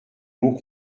mot